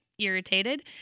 irritated